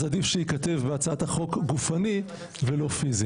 עדיף שייכתב בהצעת החוק גופני ולא פיזי.